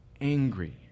angry